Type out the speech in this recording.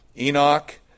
Enoch